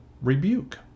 rebuke